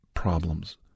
problems